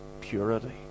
purity